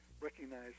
recognize